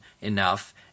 enough